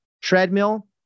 treadmill